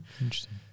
Interesting